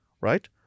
right